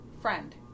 friend